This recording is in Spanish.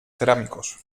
cerámicos